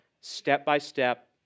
step-by-step